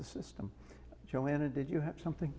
the system joanna did you have something